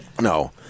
No